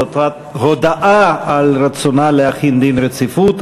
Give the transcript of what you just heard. זאת רק הודעה על רצונה להחיל דין רציפות,